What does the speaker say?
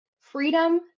freedom